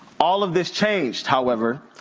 all of this changed, however,